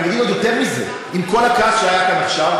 ואגיד עוד יותר מזה: עם כל הכעס שהיה כאן עכשיו,